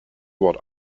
wort